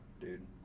dude